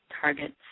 targets